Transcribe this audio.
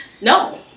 no